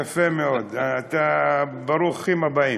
יפה מאוד, ברוכים הבאים.